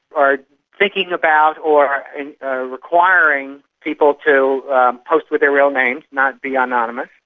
are thinking about or and or requiring people to post with their real names, not be anonymous,